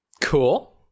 Cool